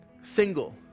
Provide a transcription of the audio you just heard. single